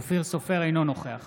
אינו נוכח